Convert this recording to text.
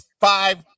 five